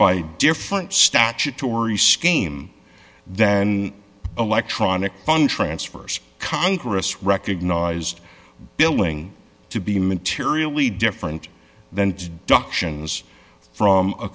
by different statutory scheme than electronic funds transfer congress recognized billing to be materially different than